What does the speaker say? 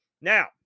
Now